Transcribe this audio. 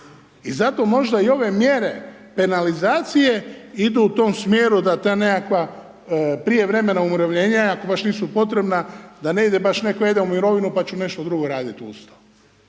I zato možda i ove mjere penalizacije idu u tom smjeru da ta nekakva prijevremena umirovljenja ako baš nisu potrebna, da ne ide baš .../Govornik se ne razumije./... u mirovinu pa ću nešto drugo raditi uz to,